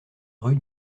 rue